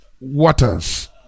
waters